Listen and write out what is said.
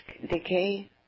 decay